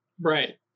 Right